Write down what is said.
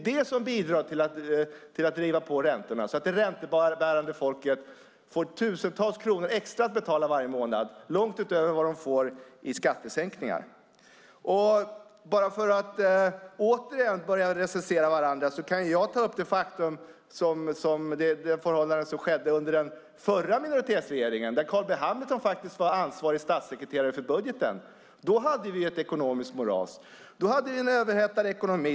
Det bidrar till att driva på räntorna, så att det räntebärande folket får tusentals kronor extra att betala varje månad, långt utöver vad de får i skattesänkningar. Om vi ska fortsätta att recensera varandra kan jag ta upp det som skedde under den förra minoritetsregeringen då Carl B Hamilton var statssekreterare och ansvarig för budgeten. Då hade vi ett ekonomiskt moras. Då hade vi en överhettad ekonomi.